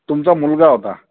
तुमचा मुलगा होता